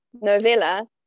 novella